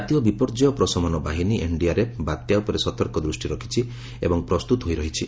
ଜାତୀୟ ବିପର୍ଯ୍ୟୟ ପ୍ରଶମନ ବାହିନୀ ଏନ୍ଡିଆର୍ଏଫ୍ ବାତ୍ୟା ଉପରେ ସତର୍କ ଦୃଷ୍ଟି ରଖିଛି ଏବଂ ପ୍ରସ୍ତୁତ ହୋଇ ରହିଛି